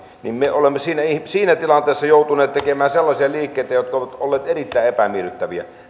niin me olemme siinä tilanteessa joutuneet tekemään sellaisia liikkeitä jotka ovat olleet erittäin epämiellyttäviä